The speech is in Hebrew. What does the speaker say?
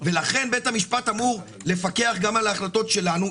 לכן בית המשפט אמור לפקח גם על החלטות שלנו.